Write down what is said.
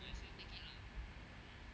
mm